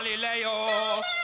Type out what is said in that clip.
Galileo